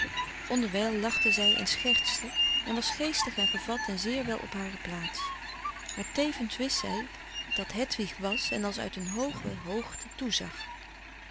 onderwijl lachte zij en schertste en was geestig en gevat en zeer wel op hare plaats maar tevens wist zij dat zij hedwig was en als uit een hooge hoogte toezag